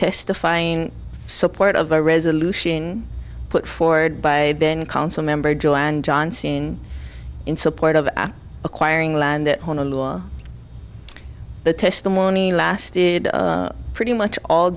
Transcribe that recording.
testify in support of a resolution put forward by ben council member joanne johnson in support of acquiring land that the testimony lasted pretty much all